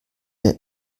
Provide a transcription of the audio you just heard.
der